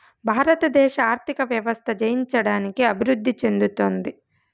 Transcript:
భారతదేశ ఆర్థిక వ్యవస్థ జయించడానికి అభివృద్ధి చెందుతోంది